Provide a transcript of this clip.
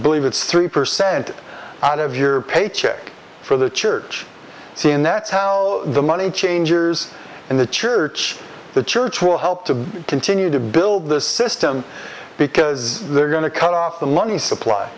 believe it's three percent out of your paycheck for the church saying that how the money changers in the church the church will help to continue to build the system because they're going to cut off the money supply